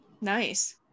Nice